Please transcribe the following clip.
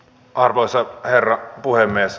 arvoisa herra puhemies